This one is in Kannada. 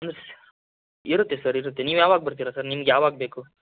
ಇರುತ್ತೆ ಸರ್ ಇರುತ್ತೆ ನೀವು ಯಾವಾಗ ಬರ್ತೀರಿ ಸರ್ ನಿಮ್ಗೆ ಯಾವಾಗ ಬೇಕು